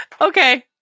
okay